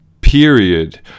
period